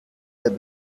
der